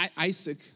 Isaac